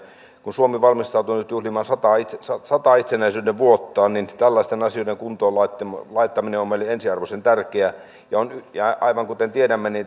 kun suomi valmistautuu nyt juhlimaan sataa itsenäisyyden vuottaan niin tällaisten asioiden kuntoon laittaminen laittaminen on meille ensiarvoisen tärkeää ja aivan kuten tiedämme